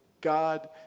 God